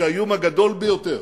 שהאיום הגדול ביותר